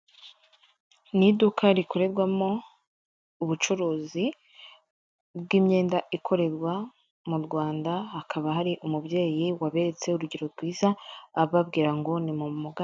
Mu iduka rikorerwamo ubucuruzi bw'imyenda ikorerwa mu Rwanda, hakaba hari umubyeyi waberetse urugero rwiza ababwira ngo ni mumugane.